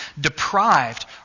deprived